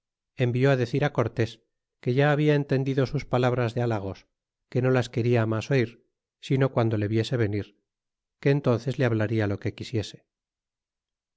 envió á decir á cortés que ya habia entendido sus palabras de halagos que no las quena mas oir sino guando le viese venir que entonces le hablaria lo que quisiese